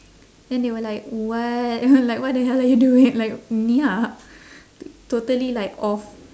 then they were like what like what the hell are you doing like neeha t~ totally like off